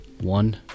one